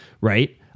right